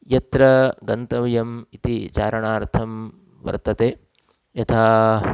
यत्र गन्तव्यम् इति चारणार्थं वर्तते यथा